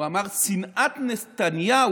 הוא אמר: שנאת נתניהו,